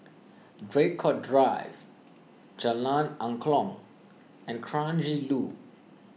Draycott Drive Jalan Angklong and Kranji Loop